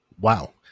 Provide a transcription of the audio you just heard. Wow